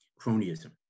cronyism